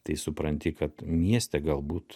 tai supranti kad mieste galbūt